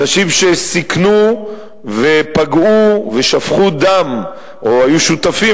אנשים שסיכנו ופגעו ושפכו דם או היו שותפים